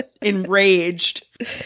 enraged